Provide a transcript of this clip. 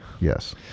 Yes